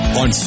on